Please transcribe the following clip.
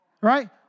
right